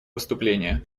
выступление